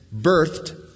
birthed